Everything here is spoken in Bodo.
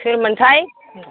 सोरमोनथाय